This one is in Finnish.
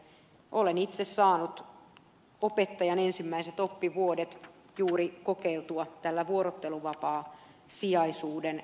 olen itse saanut opettajan ensimmäiset oppivuodet kokeiltua juuri tämän vuorotteluvapaasijaisuusjärjestelmän kautta